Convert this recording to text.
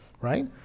right